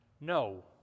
No